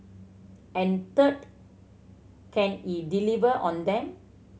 and third can he deliver on them